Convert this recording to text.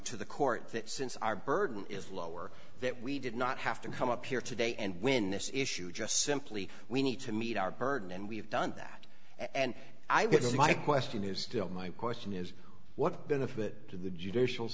to the court that since our burden is lower that we did not have to come up here today and win this issue just simply we need to meet our burden and we have done that and i would say my question is still my question is what benefit to the judicial